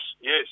yes